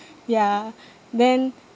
ya then